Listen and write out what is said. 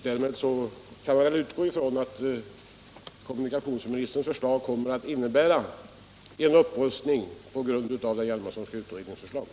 Därmed kan jag väl utgå från att kommunikationsministerns förslag kommer att innebära en upprustning enligt det Hjalmarsonska utredningsförslaget.